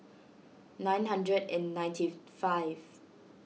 nine hundred and ninety five